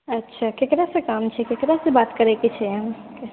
अच्छा केकरासऽ काम छै केकरासऽ बात करैके छै अहाँके